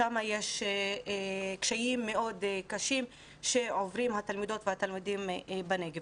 שם יש קשיים מאוד קשים שעוברים התלמידות והתלמידים בנגב.